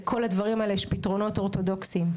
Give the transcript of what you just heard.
לכל הדברים האלה יש פתרונות אורתודוקסיים.